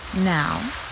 Now